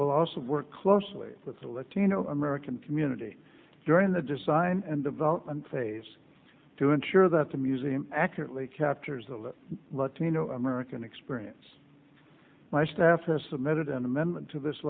will also work closely with the latino american community during the design and development phase to ensure that the museum accurately captures the latino american experience my staff has submitted an amendment to this